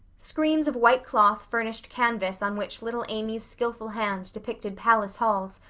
screens of white cloth furnished canvas on which little amy's skilful hand depicted palace halls,